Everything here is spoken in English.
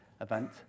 event